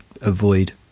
avoid